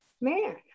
man